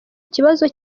ikibazo